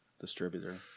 distributor